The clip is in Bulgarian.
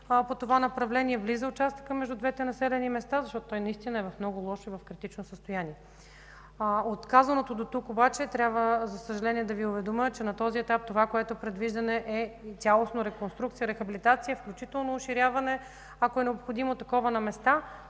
по това направление. Влиза участъкът между двете населени места, защото то наистина е в много лошо, в критично състояние. От казаното дотук обаче трябва за съжаление да Ви уведомя, че това, което предвиждаме на този етап, е цялостна реконструкция, рехабилитация, включително разширяване, ако е необходимо такова на места,